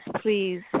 please